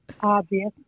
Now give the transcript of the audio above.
obvious